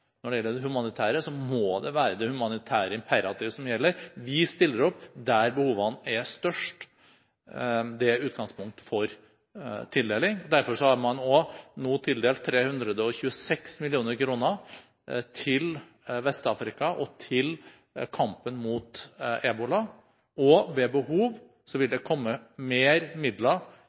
Når det gjelder det humanitære, så må det være det humanitære imperativ som gjelder. Vi stiller opp der behovene er størst. Det er utgangspunktet for tildeling. Derfor har man nå tildelt 326 mill. kr til Vest-Afrika og til kampen mot ebola, og ved behov vil det komme mer midler